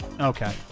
Okay